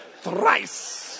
thrice